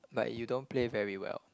but you don't play very well